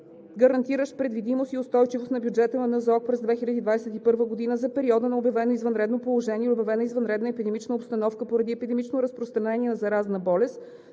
гарантиращ предвидимост и устойчивост на бюджета на НЗОК, през 2021 г. за периода на обявено извънредно положение или обявена извънредна епидемична обстановка поради епидемично разпространение на заразна болест